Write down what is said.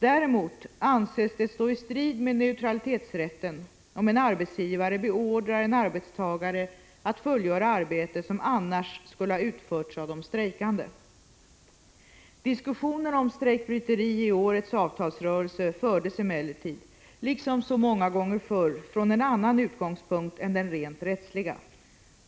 Däremot anses det stå i strid med neutralitetsrätten om en arbetsgivare beordrar en arbetstagare att fullgöra arbete som annars skulle ha utförts av de strejkande. Diskussionen om strejkbryteri i årets avtalsrörelse fördes emellertid, liksom så många gånger förr, från en annan utgångspunkt än den rent rättsliga.